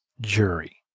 jury